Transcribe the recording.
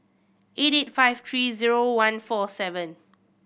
eight eight five three zero one four seven